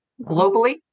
globally